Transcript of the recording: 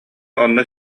онно